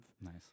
Nice